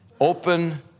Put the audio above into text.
open